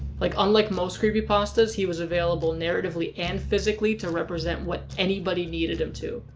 like, unlike most creepypastas, he was available narratively and physically to represent what anybody needed him to.